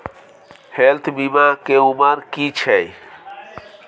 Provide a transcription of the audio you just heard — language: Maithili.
हेल्थ बीमा के उमर की छै?